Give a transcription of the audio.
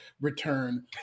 return